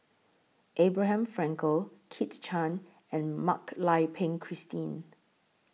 Abraham Frankel Kit Chan and Mak Lai Peng Christine